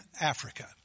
Africa